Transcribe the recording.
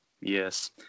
Yes